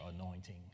anointing